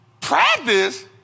Practice